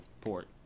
port